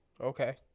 Okay